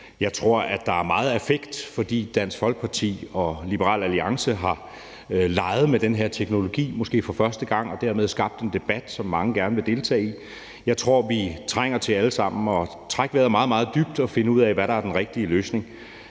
Jeg tror, at der er meget affekt, fordi Dansk Folkeparti og Liberal Alliance har leget med den her teknologi, måske for første gang, og dermed skabt en debat, som mange gerne vil deltage i. Jeg tror, vi trænger til alle sammen at trække vejret meget, meget dybt og finde ud af, hvad der er den rigtige løsning.